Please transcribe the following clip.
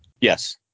Yes